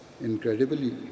incredibly